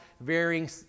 varying